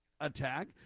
attack